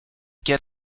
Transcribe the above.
get